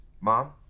Mom